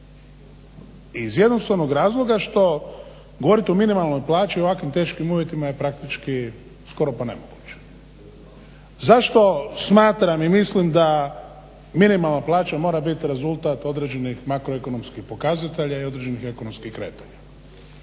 Iz jednostavnog razloga što govorit o minimalnoj plaći u ovakvim teškim uvjetima je praktički skoro pa nemoguće. Zašto smatram i mislim da minimalna plaća mora biti rezultata određenih makroekonomskih pokazatelja i određenih ekonomskih kretanja.